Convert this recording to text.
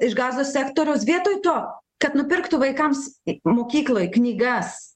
iš gazos sektoriaus vietoj to kad nupirktų vaikams ir mokykloj knygas